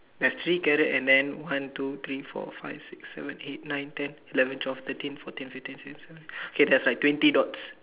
there's three carrot and then one two three four five six seven eight nine ten eleven twelve thirteen fourteen fifteen sixteen seventeen okay there's like twenty dots